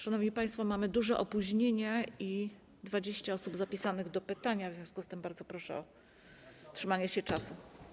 Szanowni państwo, mamy duże opóźnienie i 20 osób zapisanych do pytań, w związku z czym bardzo proszę o trzymanie się czasu.